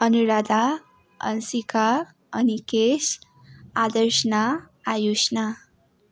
Anuradha Ansika Anikesh Adarshana Ayushna